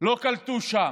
לא קלטו שם.